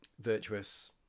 virtuous